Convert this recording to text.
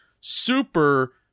super